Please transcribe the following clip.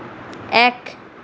এক